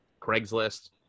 Craigslist